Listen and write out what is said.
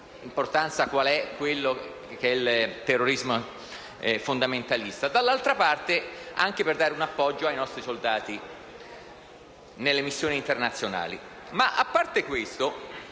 dall'altra, di dare anche un appoggio ai nostri soldati nelle missioni internazionali.